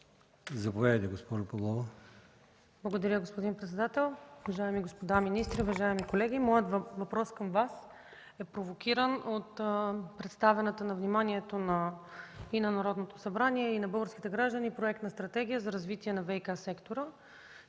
ЛИЛЯНА ПАВЛОВА (ГЕРБ): Благодаря, господин председател. Уважаеми господа министри, уважаеми колеги! Моят въпрос към Вас е провокиран от представения на вниманието на Народното събрание и на българските граждани проект на Стратегия за развитие на ВиК сектора.